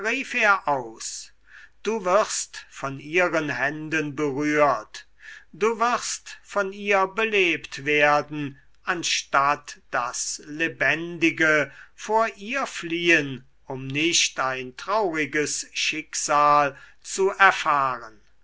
aus du wirst von ihren händen berührt du wirst von ihr belebt werden anstatt daß lebendige vor ihr fliehen um nicht ein trauriges schicksal zu erfahren